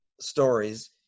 stories